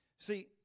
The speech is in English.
See